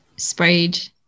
Sprayed